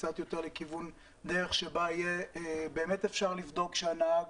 קצת יותר לכיוון דרך שבה יהיה באמת אפשר לבדוק שהנהג